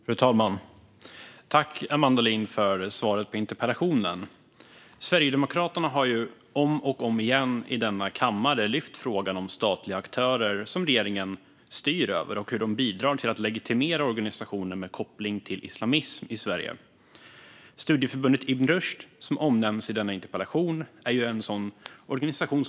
Fru talman! Tack, Amanda Lind, för svaret på interpellationen! Sverigedemokraterna har om och om igen i denna kammare tagit upp frågan om statliga aktörer som regeringen styr över och hur de bidrar till att legitimera organisationer med koppling till islamism i Sverige. Studieförbundet Ibn Rushd, som omnämns i denna interpellation, är en sådan organisation.